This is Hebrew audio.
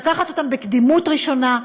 לקחת אותם בקדימות ראשונה,